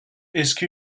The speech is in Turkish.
eski